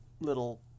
little